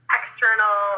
external